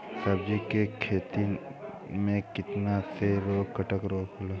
सब्जी के खेतन में कीट से कवन रोग होला?